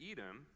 Edom